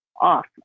off